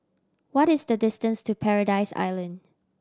what is the distance to Paradise Island